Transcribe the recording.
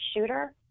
shooter